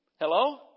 Hello